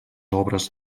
obres